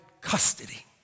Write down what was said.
custody